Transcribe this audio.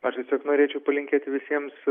aš tiesiog norėčiau palinkėt visiems